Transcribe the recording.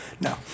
No